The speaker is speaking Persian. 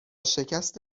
شکست